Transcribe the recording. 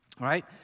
Right